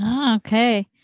Okay